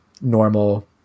normal